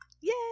Yay